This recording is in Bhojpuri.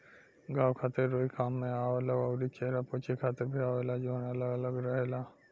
घाव खातिर रुई काम में आवेला अउरी चेहरा पोछे खातिर भी आवेला जवन अलग अलग रहेला